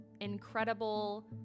incredible